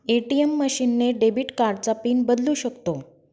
ATM machine ने debit कार्डचा pin बदलू शकतो